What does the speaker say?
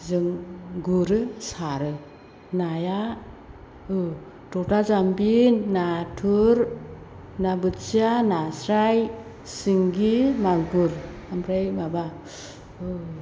गुरो सारो नाया थथा जाम्बि नाथुर ना बोथिया नास्राय सिंगि मागुर ओमफ्रा माबा